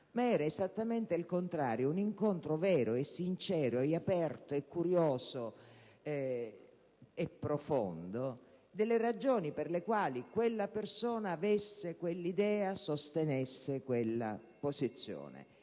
ma era esattamente il contrario: un incontro vero, sincero, aperto, profondo e curioso delle ragioni per le quali quella persona avesse quell'idea o sostenesse quella posizione.